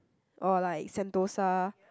or like Sentosa